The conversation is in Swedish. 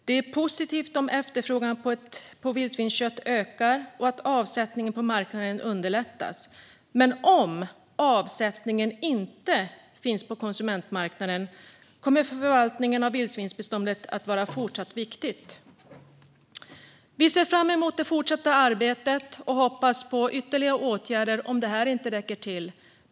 Det är positivt om efterfrågan på vildsvinskött ökar och avsättningen på marknaden underlättas. Men även om avsättning inte finns på konsumentmarknaden kommer förvaltningen av vildsvinsbeståndet att vara viktig också i fortsättningen. Vi ser fram emot det fortsätta arbetet och hoppas på ytterligare åtgärder om det här inte räcker till.